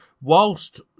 Whilst